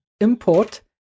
import